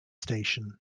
station